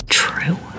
true